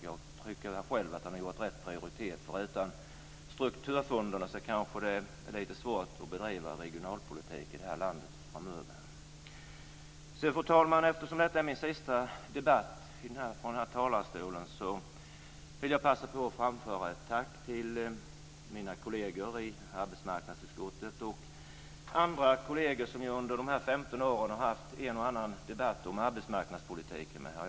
Jag tycker själv att han gjort rätt prioritering, för utan strukturfonderna kanske det blir lite svårt att bedriva regionalpolitik i vårt land framöver. Fru talman! Eftersom detta är min sista debatt från den här talarstolen vill jag passa på att framföra ett tack till mina kolleger i arbetsmarknadsutskottet och andra kolleger som jag under de här 15 åren har haft en och annan debatt om arbetsmarknadspolitik med.